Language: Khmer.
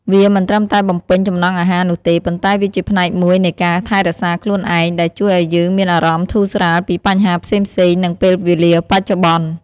វាមិនត្រឹមតែបំពេញចំណង់អាហារនោះទេ ប៉ុន្តែវាជាផ្នែកមួយនៃការ ថែរក្សាខ្លួនឯង ដែលជួយឲ្យយើងមានអារម្មណ៍ធូរស្រាលពីបញ្ហាផ្សេងៗ នឹងពេលវេលាបច្ចុប្បន្ន។